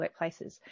workplaces